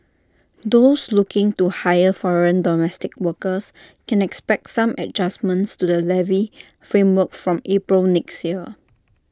those looking to hire foreign domestic workers can expect some adjustments to the levy framework from April next year